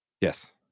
Yes